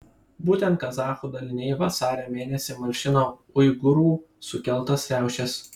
būtent kazachų daliniai vasario mėnesį malšino uigūrų sukeltas riaušes